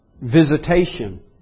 visitation